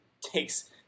takes –